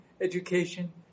education